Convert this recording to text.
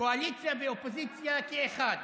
קואליציה ואופוזיציה כאחד,